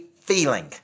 feeling